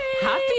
Happy